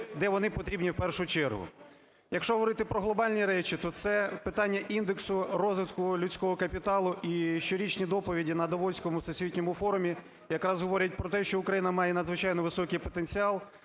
де вони потрібні в першу чергу. Якщо говорити про глобальні речі, то це питання індексу розвитку людського капіталу і щорічні доповіді на Давоському всесвітньому форумі якраз говорять про те, що Україна має надзвичайно високий потенціал,